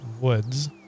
Woods